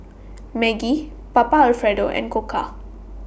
Maggi Papa Alfredo and Koka